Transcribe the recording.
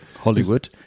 Hollywood